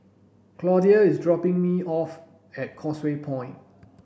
Claudia is dropping me off at Causeway Point